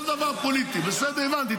כל דבר פוליטי, בסדר, הבנתי.